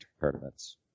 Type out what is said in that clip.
tournaments